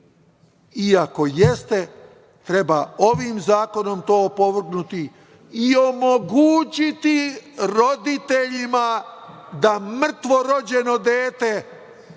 ako jeste treba ovim zakonom to opovrgnuti i omogućiti roditeljima da mrtvorođeno dete